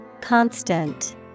Constant